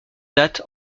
date